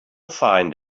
find